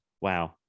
wow